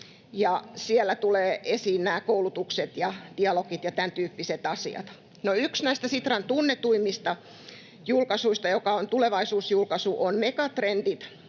Siellä tulee esiin nämä koulutukset ja dialogit ja tämäntyyppiset asiat. No yksi näistä Sitran tunnetuimmista julkaisuista — joka on tulevaisuusjulkaisu — on Megatrendit,